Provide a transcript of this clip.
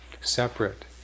separate